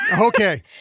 Okay